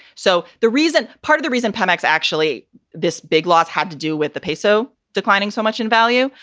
so the reason, part of the reason pemex, actually this big loss had to do with the peso declining so much in value.